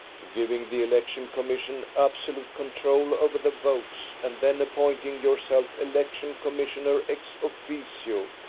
giving the election commission absolute control over the votes, and then appointing yourself election commissioner ex-officio,